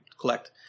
collect